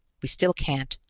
we still can't.